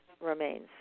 remains